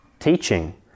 teaching